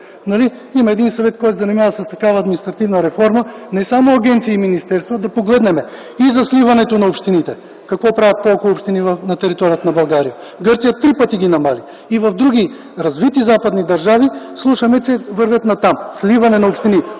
Има един съвет, който се занимава с такава административна реформа. Не само агенции и министерства, а да погледнем и за сливането на общините. Какво правят толкова общини на територията на България? Гърция три пъти ги намалява и в други развити западни държави чуваме, че вървят натам – сливане на общини,